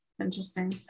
Interesting